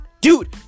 Dude